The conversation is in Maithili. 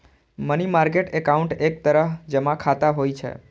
मनी मार्केट एकाउंट एक तरह जमा खाता होइ छै